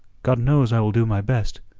god knows i will do my best,